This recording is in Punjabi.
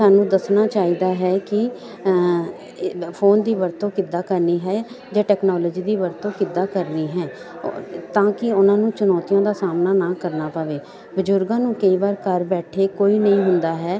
ਸਾਨੂੰ ਦੱਸਣਾ ਚਾਹੀਦਾ ਹੈ ਕਿ ਫੋਨ ਦੀ ਵਰਤੋਂ ਕਿੱਦਾਂ ਕਰਨੀ ਹੈ ਜਾਂ ਟੈਕਨੋਲੋਜੀ ਦੀ ਵਰਤੋਂ ਕਿੱਦਾਂ ਕਰਨੀ ਹੈ ਤਾਂ ਕਿ ਉਹਨਾਂ ਨੂੰ ਚੁਣੌਤੀਆਂ ਦਾ ਸਾਹਮਣਾ ਨਾ ਕਰਨਾ ਪਵੇ ਬਜ਼ੁਰਗਾਂ ਨੂੰ ਕਈ ਵਾਰ ਘਰ ਬੈਠੇ ਕੋਈ ਨਹੀਂ ਹੁੰਦਾ ਹੈ